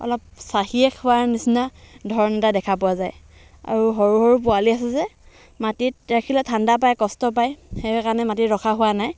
অলপ চাঁহিয়ে খোৱাৰ নিচিনা ধৰণ এটা দেখা পোৱা যায় আৰু সৰু সৰু পোৱালি আছে যে মাটিত ৰাখিলে ঠাণ্ডা পায় কষ্ট পায় সেইকাৰণে মাটিত ৰখা হোৱা নাই